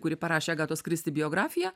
kuri parašė agatos kristi biografiją